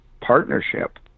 partnership